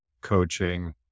coaching